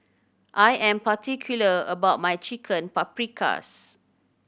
I am particular about my Chicken Paprikas